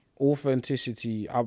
authenticity